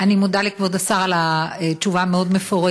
אני מודה לכבוד השר על התשובה המאוד-מפורטת.